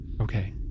Okay